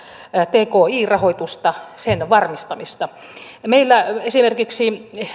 tki rahoitusta sen varmistamista meillä esimerkiksi